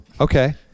Okay